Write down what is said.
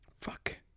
Fuck